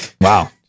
wow